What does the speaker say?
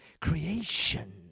creation